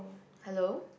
hello